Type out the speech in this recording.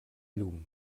llum